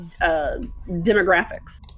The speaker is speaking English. demographics